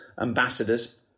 ambassadors